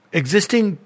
existing